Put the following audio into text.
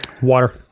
Water